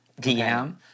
DM